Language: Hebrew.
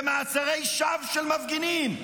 במעצרי שווא של מפגינים.